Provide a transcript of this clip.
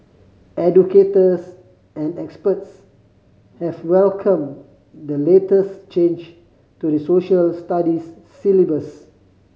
educators and experts have welcomed the latest change to the Social Studies syllabus